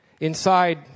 Inside